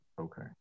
Okay